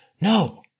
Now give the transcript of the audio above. No